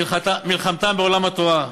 מלחמתם בעולם התורה,